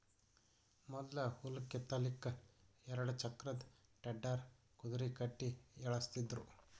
ಮೊದ್ಲ ಹುಲ್ಲ್ ಕಿತ್ತಲಕ್ಕ್ ಎರಡ ಚಕ್ರದ್ ಟೆಡ್ಡರ್ ಕುದರಿ ಕಟ್ಟಿ ಎಳಸ್ತಿದ್ರು